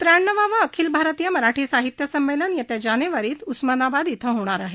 त्र्याण्णवावं अखिल भारतीय मराठी साहित्य संमेलन येत्या जानेवारीत उस्मानाबाद इथं होणार आहे